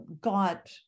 got